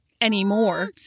anymore